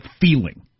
feeling